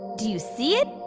do you see it?